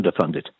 underfunded